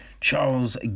Charles